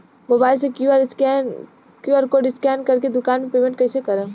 Mobile से Q R code scan कर के दुकान मे पेमेंट कईसे करेम?